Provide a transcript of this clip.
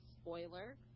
spoiler